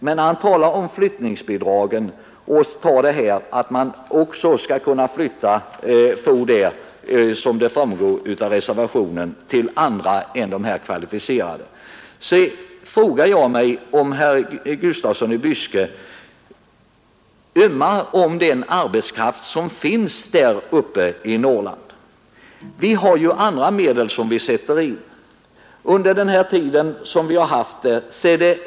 Men när herr Gustafsson i Byske talar om att flyttningsbidrag bör kunna utgå till arbetskraft som återvänder till ort inom stödområdet frågar jag mig om han ömmar för den arbetskraft som finns i Norrland. Vi har ju andra medel att sätta in.